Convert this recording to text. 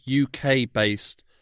UK-based